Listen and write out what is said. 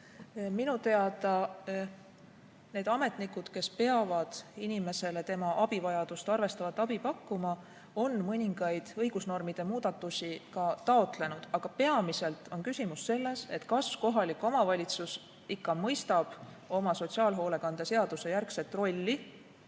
Minu teada need ametnikud, kes peavad inimesele tema abivajadust arvestavat abi pakkuma, on mõningaid õigusnormide muudatusi ka taotlenud. Aga peamiselt on küsimus selles, kas kohalik omavalitsus ikka mõistab oma sotsiaalhoolekande seadusejärgset rolli